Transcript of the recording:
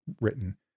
written